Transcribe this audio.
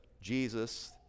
Jesus